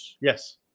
Yes